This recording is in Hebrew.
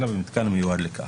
אלא במתקן המיועד לכך".